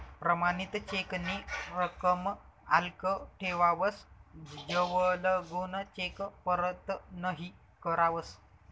प्रमाणित चेक नी रकम आल्लक ठेवावस जवलगून चेक परत नहीं करावस